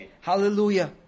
Hallelujah